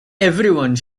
everyone